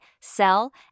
sell